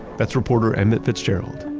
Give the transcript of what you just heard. that's reporter emmett fitzgerald.